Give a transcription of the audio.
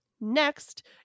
Next